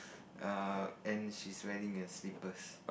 err and she is wearing a slippers